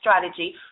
strategy